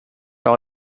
all